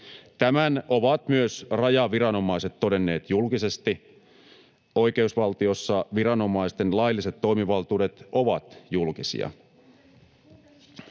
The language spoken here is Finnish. Tämän ovat myös rajaviranomaiset todenneet julkisesti. Oikeusvaltiossa viranomaisten lailliset toimivaltuudet ovat julkisia.